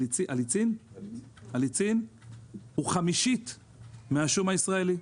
אליצין, הוא חמישית מבשום הישראלי.